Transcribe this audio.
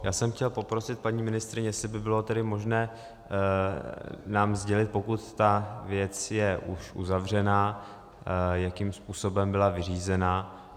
Já jsem chtěl poprosit paní ministryni, jestli by bylo tedy možné nám sdělit, pokud ta věc je už uzavřena, jakým způsobem byla vyřízena.